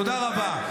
תודה רבה.